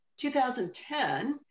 2010